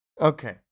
Okay